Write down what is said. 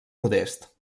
modest